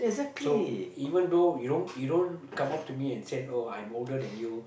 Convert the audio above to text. so even though you don't you don't come up to me and said oh I'm older than you